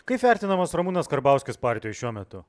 kaip vertinamas ramūnas karbauskis partijoj šiuo metu